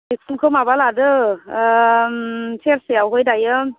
मैखुनखौ माबा लादो सेरसेयावहाय दायो